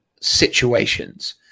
situations